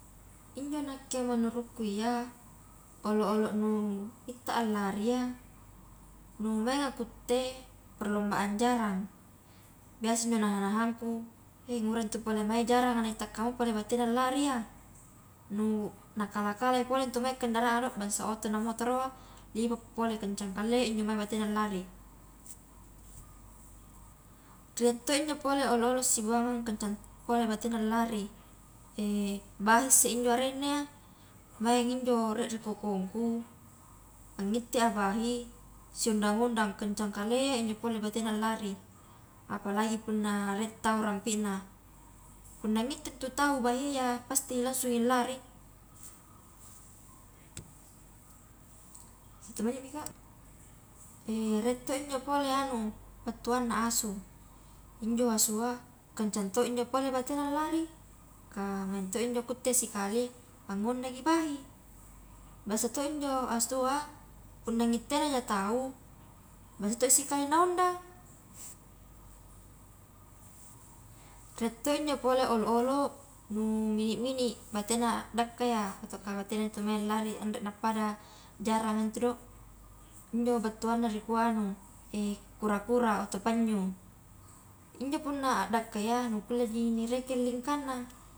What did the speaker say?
Injo nakke menurutku iya olo-olo nu itta a lari iya, nu mainga kutte perlombaan jarang, biasa injo naha-nahangku eh ngura intu pole mae jaranga na itta kamua pole batena lari iya, nu nakalah-kalah i pole ntu kendaraan a do bansa oto namotoroa liba pole kencang kale injo mae batena lari, rie to pole injo olo-olo sibuangang kencang to pole batena lari, bahi isse injo arenna iya maing injo rie ri kokongku angitte a bahi si ondang-ondang kencang kalea injo pole batena lari, apalagi punna rie tau rampina, punna ngitte ntu tau bahia ia pasti langsungi lari, satu menitmi ka, rie to injo pole anu battuanna asu, injo asua kancang to injo pole batena lari, ka maing to injo kutte sikali angondangi bahi, biasa to injo asua punna ngittenaja tau biasa toi sikali na ondang, rie to injo pole olo-olo nu mini-mini batena dakka iya atau batena intu mai lari anre nappada jaranga ntu do, injo battu anu iya rikua anu kura-kura atau panyu, injo punna addakkai iya nu kulleji nirekeng lingkanna.